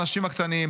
האנשים הקטנים,